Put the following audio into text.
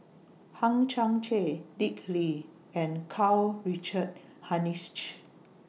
Hang Chang Chieh Dick Lee and Karl Richard Hanitsch